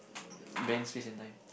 bend space and time